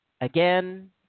again